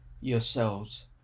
yourselves